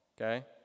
okay